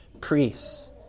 priests